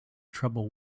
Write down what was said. trouble